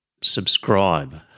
subscribe